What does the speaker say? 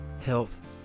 health